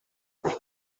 beca